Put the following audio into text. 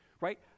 right